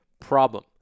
problem